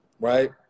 Right